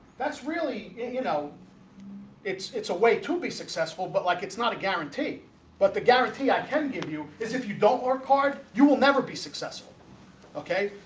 that's really you know it's it's a way to be successful, but like it's not a guarantee but the guarantee i can give you is if you don't work hard you will never be successful okay,